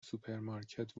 سوپرمارکت